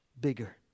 bigger